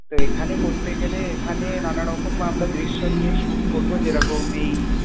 তো এখানে করতে গেলে এখানে নানারকম আমরা দৃশ্য নিয়ে শুট করবো যেরকম এই